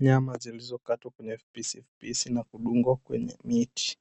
Nyama zilizokatwa kwenye vipisivipisi na kudungwa kwenye miti